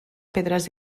pedres